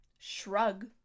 shrug